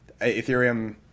Ethereum